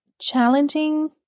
challenging